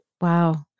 Wow